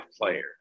player